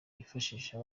bifashisha